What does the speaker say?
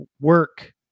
work